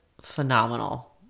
phenomenal